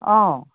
অঁ